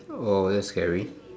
oh that's scary